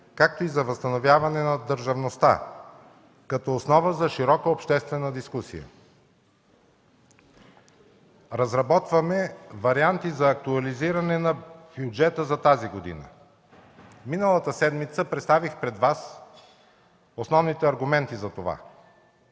както и за възстановяване на държавността, като основа за широка обществена дискусия. Разработваме варианти за актуализиране на бюджета за тази година. Миналата седмица представих пред Вас основните аргументи за това.